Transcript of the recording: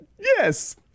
Yes